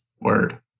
Word